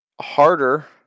harder